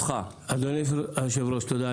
אדוני היושב ראש, תודה.